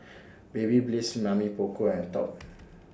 Babyliss Mamy Poko and Top